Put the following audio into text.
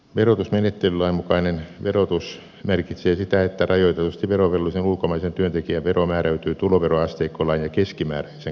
verotusmenettelylain mukainen verotus merkitsee sitä että rajoitetusti verovelvollisen ulkomaisen työntekijän vero määräytyy tuloveroasteikkolain ja keskimääräisen kunnallisveroprosentin perusteella